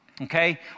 okay